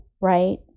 right